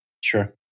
Sure